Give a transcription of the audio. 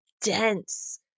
dense